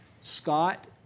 Scott